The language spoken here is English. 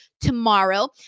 tomorrow